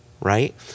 Right